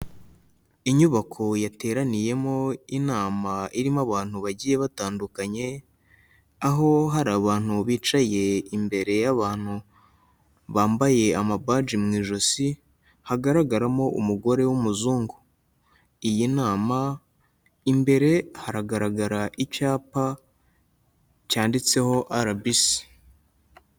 Inyubako yateraniyemo inama, irimo abantu bagiye batandukanye, aho hari abantu bicaye imbere y'abantu bambaye amabaji mu ijosi, hagaragaramo umugore w'umuzungu. Iyi nama, imbere haragaragara icyapa, cyanditseho RBC.